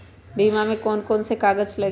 बीमा में कौन कौन से कागज लगी?